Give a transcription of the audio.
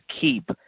keep